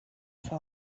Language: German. für